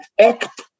act